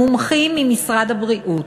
המומחים ממשרד הבריאות,